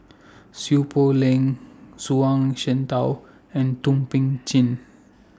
Seow Poh Leng Zhuang Shengtao and Thum Ping Tjin